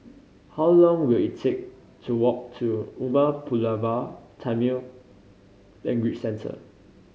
how long will it take to walk to Umar Pulavar Tamil Language Centre